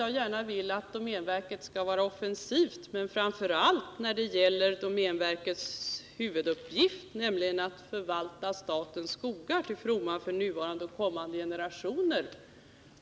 Jag vill också att domänverket skall vara offensivt, framför allt när det gäller dess huvuduppgift att förvalta statens skogar till fromma för nuvarande och kommande generationer.